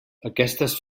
aquestes